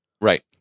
Right